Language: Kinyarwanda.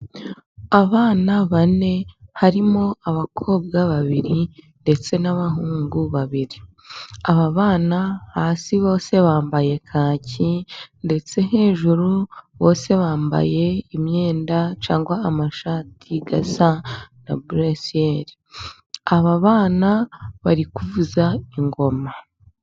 Abana bane harimo abakobwa babiri ndetse n'abahungu babiri, aba bana hasi bose bambaye kaki ndetse hejuru bose bambaye imyenda cyangwa amashati asa na burusiyero, aba bana bari kuvuza ingoma.